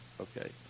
okay